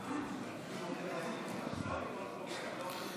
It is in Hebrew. לא נתקבלה.